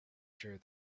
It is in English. sure